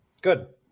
good